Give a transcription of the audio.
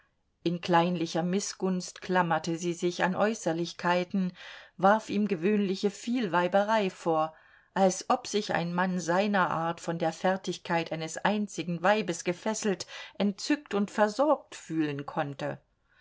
in kleinlicher mißgunst klammerte sie sich an äußerlichkeiten warf ihm gewöhnliche vielweiberei vor als ob sich ein mann seiner art von der fertigkeit eines einzigen weibes gefesselt entzückt und versorgt fühlen konnte